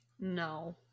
No